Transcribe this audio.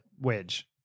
wedge